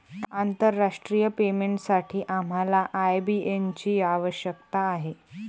आंतरराष्ट्रीय पेमेंटसाठी आम्हाला आय.बी.एन ची आवश्यकता आहे